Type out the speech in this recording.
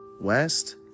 West